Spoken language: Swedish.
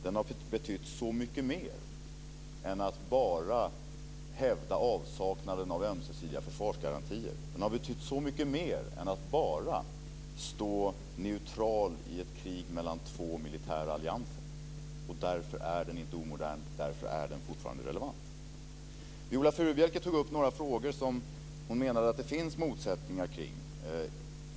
Den har betytt så mycket mer än att man bara har hävdat avsaknaden av ömsesidiga försvarsgarantier. Den har betytt så mycket mer än att man bara har stått neutral i ett krig mellan två militära allianser. Därför är den inte omodern. Därför är den fortfarande relevant. Viola Furubjelke tog upp några frågor som hon menade att det finns motsättningar kring.